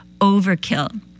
overkill